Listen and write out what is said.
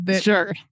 Sure